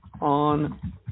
on